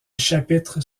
chapitres